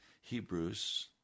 Hebrews